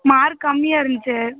mark கம்மியாக இருந்துச்சு